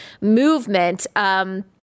movement